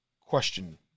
question